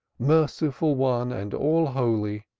merciful one and all-holy,